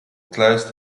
close